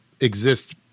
exist